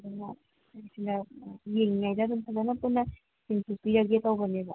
ꯌꯦꯡꯏꯉꯩꯗ ꯑꯗꯨꯝ ꯐꯖꯅ ꯄꯨꯟꯅ ꯌꯦꯡꯊꯣꯛꯄꯤꯔꯒꯦ ꯇꯧꯕꯅꯦꯕ